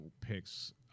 picks